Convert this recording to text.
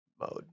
mode